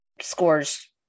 scores